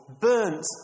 burnt